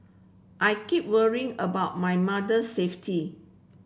I keep worrying about my mother safety